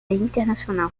internacional